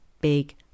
big